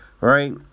Right